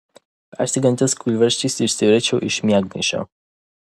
persigandęs kūlversčiais išsiverčiau iš miegmaišio